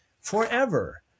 forever